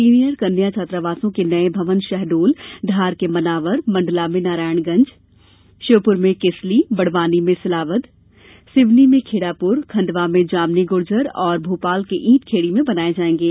senior कन्या छात्रावासों के नये भवन शहडोल धार के मनावर मंडला में नारायणगंज श्योपुर में केसली बड़वानी में सिलावद सिवनी में खेड़ापुर खंडवा में जामनी गुर्जर एवं भोपाल के ईंटखेड़ी में बनाये जायेंगे